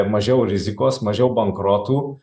mažiau rizikos mažiau bankrotų